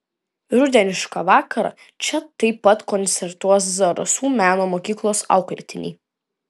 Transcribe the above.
rudenišką vakarą čia taip pat koncertuos zarasų meno mokyklos auklėtiniai